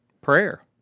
prayer